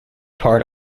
part